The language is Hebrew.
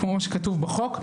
כפי שכתוב בחוק,